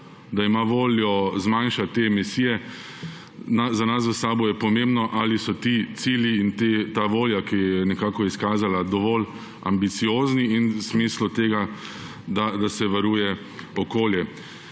da ima voljo zmanjšati te emisije. Za nas v SAB je pomembno, ali so ti cilji in ta volja, ki jo je nekako izkazala, dovolj ambiciozni in v smislu tega, da se varuje okolje.